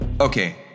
Okay